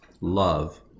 love